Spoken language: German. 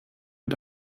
mit